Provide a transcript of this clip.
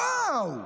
וואו,